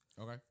Okay